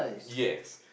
yes